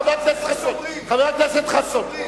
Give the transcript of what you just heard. חבר הכנסת חסון.